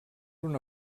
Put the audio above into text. una